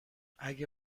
اگه